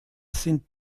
sind